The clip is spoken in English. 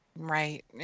Right